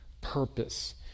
purpose